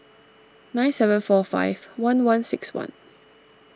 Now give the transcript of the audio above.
nine seven four five one one six one